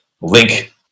link